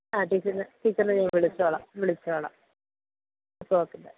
ആ ടീച്ചറിനെ ടീച്ചറിനെ ഞാൻ വിളിച്ചോളാം വിളിച്ചോളാം അപ്പോള് ഓക്കെ ബൈ